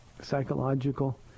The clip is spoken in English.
psychological